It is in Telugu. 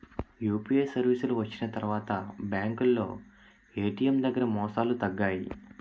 యూపీఐ సర్వీసులు వచ్చిన తర్వాత బ్యాంకులో ఏటీఎం దగ్గర మోసాలు తగ్గాయి